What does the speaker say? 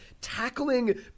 tackling